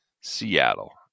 Seattle